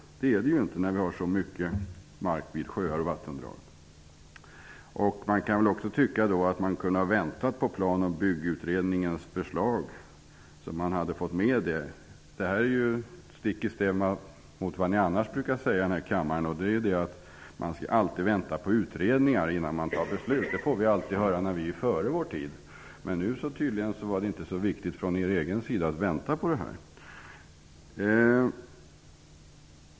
Det är det ju inte, när vi har så mycket mark vid sjöar och vattendrag. Man kan också tycka att vi kunde ha väntat på Planoch byggutredningens förslag så att vi hade fått med det också. Detta är ju stick i stäv mot vad ni annars brukar säga här i kammaren, nämligen att vi alltid skall vänta på utredningar innan vi fattar beslut. Det får vi alltid höra när vi är före vår tid. Men nu var det tydligen inte så viktigt att vänta på detta.